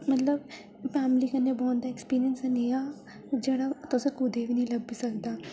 मतलब फैमली कन्नै बौह्न दा ऐक्सपिरियंस नेहा हा जेह्ड़ा तुस कुदै बी नी लब्भी सकदा